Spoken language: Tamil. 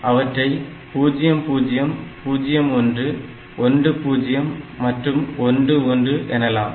அவற்றை 0 0 0 1 1 0 மற்றும் 1 1 எனலாம்